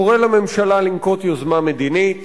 קורא לממשלה לנקוט יוזמה מדינית